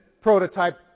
prototype